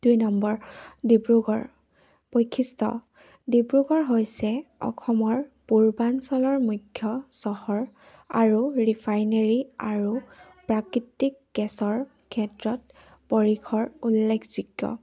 দুই নম্বৰ ডিব্ৰুগড় বৈশিষ্ট্য ডিব্ৰুগড় হৈছে অসমৰ পূৰ্বাঞ্চলৰ মুখ্য চহৰ আৰু ৰিফাইনেৰী আৰু প্ৰাকৃতিক গেছৰ ক্ষেত্ৰত পৰিসৰ উল্লেখযোগ্য